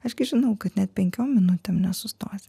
aš gi žinau kad net penkiom minutėm nesustosi